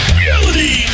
reality